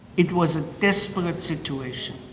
it was a desperate situation,